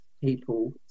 people